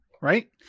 right